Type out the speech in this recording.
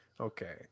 Okay